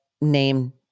name